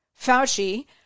Fauci